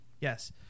yes